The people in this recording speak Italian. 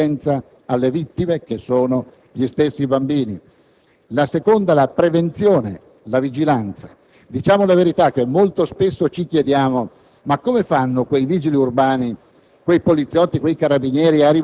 la prima, la più importante, è l'assistenza alle vittime, che sono gli stessi bambini; la seconda è la prevenzione, la vigilanza. Diciamo la verità: molto spesso ci chiediamo come facciano quei vigili urbani,